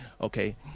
Okay